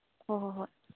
ꯍꯣꯏ ꯍꯣꯏ ꯍꯣꯏ